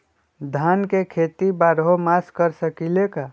धान के खेती बारहों मास कर सकीले का?